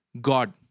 God